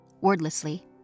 Wordlessly